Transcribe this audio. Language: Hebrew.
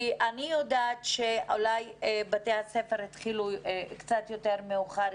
אני יודעת שאולי בתי הספר הערביים התחילו קצת יותר מאוחר,